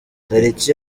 tariki